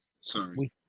Sorry